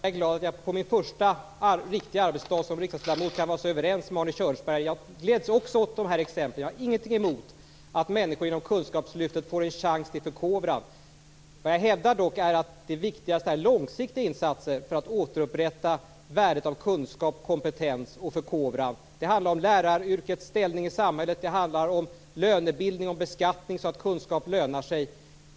Fru talman! Jag är glad att jag på min första riktiga arbetsdag som riksdagsledamot kan vara så överens med Arne Kjörnsberg. Jag gläds också åt dessa exempel. Jag har ingenting emot att människor genom kunskapslyftet får en chans till förkovran. Vad jag dock hävdar är att det viktigaste är långsiktiga insatser för att återupprätta värdet av kunskap, kompetens och förkovran. Det handlar om läraryrkets ställning i samhället och om lönebildning och beskattning så att kunskap lönar sig.